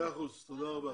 טוב, מאה אחוז, תודה רבה.